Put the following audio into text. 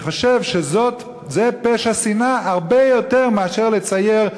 אני חושב שזה פשע שנאה הרבה יותר מאשר לצייר,